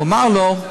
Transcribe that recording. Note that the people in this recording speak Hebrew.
הוא אמר לו: